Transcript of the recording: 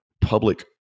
public